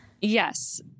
Yes